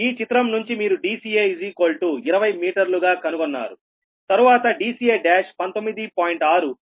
ఈ చిత్రం నుంచి మీరు dca 20 మీటర్లుగా కనుగొన్నారు తర్వాత dca119